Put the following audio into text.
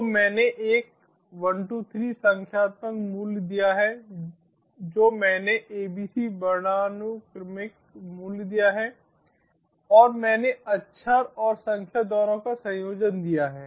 तो मैंने एक 123 संख्यात्मक मूल्य दिया है जो मैंने abc वर्णानुक्रमिक मूल्य दिया है और मैंने अक्षर और संख्या दोनों का संयोजन दिया है